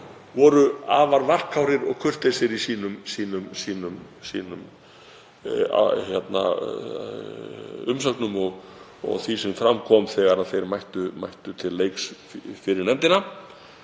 voru afar varkárir og kurteisir í sínum umsögnum og því sem fram kom þegar þeir mættu til leiks fyrir nefndina,